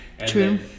True